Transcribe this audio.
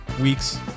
Weeks